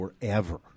forever